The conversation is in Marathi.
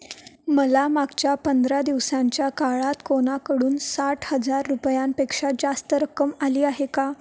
मला मागच्या पंधरा दिवसांच्या काळात कोणाकडून साठ हजार रुपयांपेक्षा जास्त रक्कम आली आहे का